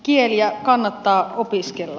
kieliä kannattaa opiskella